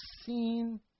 seen